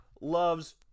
loves